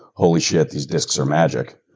holy shit, these discs are magic.